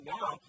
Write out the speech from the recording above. now